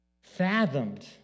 fathomed